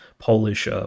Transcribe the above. Polish